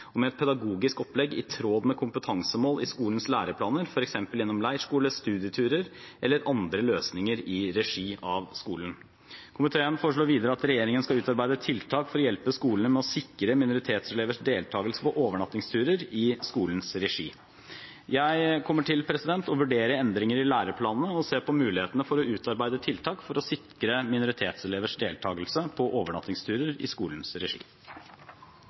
og med et pedagogisk opplegg i tråd med kompetansemål i skolens læreplaner, f.eks. gjennom leirskole, studieturer eller andre løsninger i regi av skolen. Komiteen foreslår videre at regjeringen skal utarbeide tiltak for å hjelpe skolene med å sikre minoritetselevers deltagelse på overnattingsturer i skolens regi. Jeg kommer til å vurdere endringer i læreplanene og se på mulighetene for å utarbeide tiltak for å sikre minoritetselevers deltagelse på overnattingsturer i skolens regi.